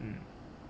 mm